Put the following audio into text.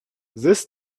this